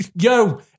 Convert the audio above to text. yo